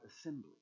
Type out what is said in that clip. assembly